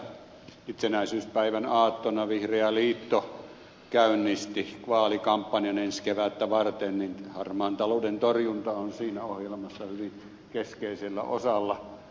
niinpä kun tässä itsenäisyyspäivän aattona vihreä liitto käynnisti vaalikampanjan ensi kevättä varten harmaan talouden torjunta on siinä ohjelmassa hyvin keskeisellä osalla